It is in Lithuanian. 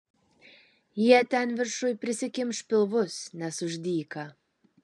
jie ten viršuj prisikimš pilvus nes už dyka